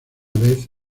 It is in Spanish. vez